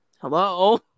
Hello